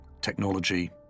Technology